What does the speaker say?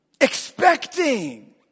expecting